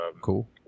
Cool